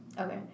okay